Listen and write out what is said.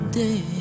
day